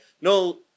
no